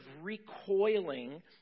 recoiling